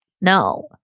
No